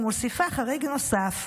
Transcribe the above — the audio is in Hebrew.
ומוסיפה חריג נוסף,